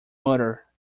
murder